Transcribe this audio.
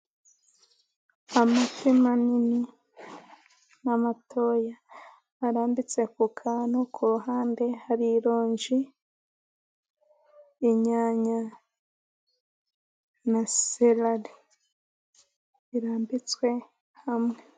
Amafi manini n'amatoya arambitse ku kantu, ku ruhande hari ironji, inyanya, na sereri, birambitswe hamwe.